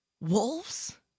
wolves